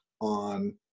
on